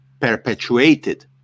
perpetuated